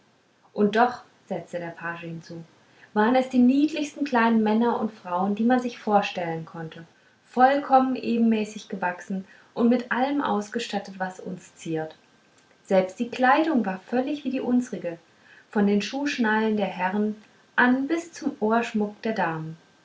und doch setzte der page hinzu waren es die niedlichsten kleinen männer und frauen die man sehen konnte vollkommen ebenmäßig gewachsen und mit allem ausgestattet was uns ziert selbst die kleidung war völlig wie die unsrige von den schuhschnallen der herren an bis zum ohrschmuck der damen